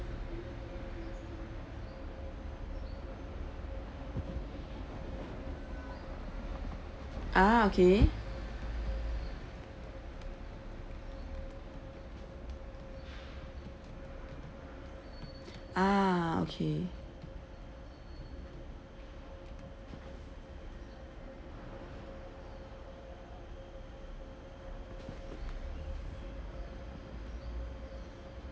ah okay ah okay